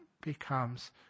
becomes